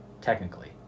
technically